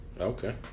Okay